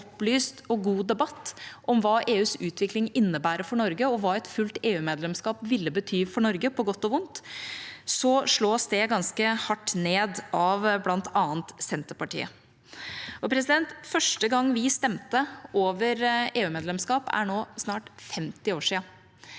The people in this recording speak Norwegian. opplyst og god debatt om hva EUs utvikling innebærer for Norge, og hva et fullt EUmedlemskap ville bety for Norge, på godt og vondt, slås det ganske hardt ned av bl.a. Senterpartiet. Første gang vi stemte over EU-medlemskap, er nå snart 50 år siden,